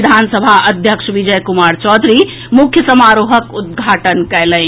विधानसभा अध्यक्ष विजय कुमार चौधरी मुख्य समारोहक उद्घाटन कयलनि